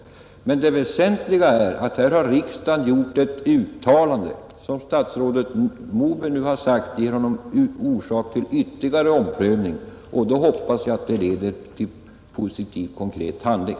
Det väsentliga är att riksdagen gjort ett uttalande som statsrådet Moberg nu sagt ger honom orsak till ytterligare omprövning. Och då hoppas jag att det leder 131 till en positiv, konkret handling.